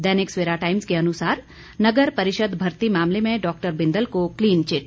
दैनिक Savera Times के अनुसार नगर परिषद भर्ती मामले में डॉ बिंदल को क्लीन चिट